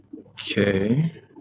Okay